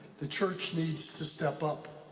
the church needs to step up.